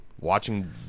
watching